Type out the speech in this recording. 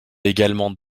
également